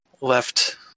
left